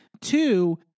two